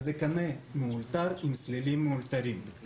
זה קנה מאולתר עם סלילים מאולתרים.